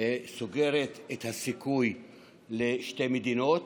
סוגרת את הסיכוי לשתי מדינות